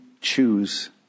choose